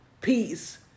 peace